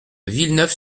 villeneuve